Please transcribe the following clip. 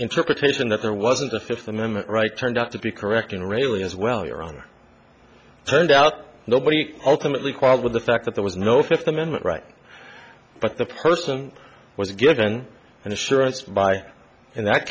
interpretation that there wasn't a fifth amendment right turned out to be correct in really as well your honor turned out nobody ultimately qual with the fact that there was no fifth amendment right but the person was given an assurance by in that